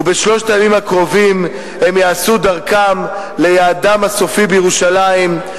ובשלושת הימים הקרובים הם יעשו דרכם ליעדם הסופי בירושלים,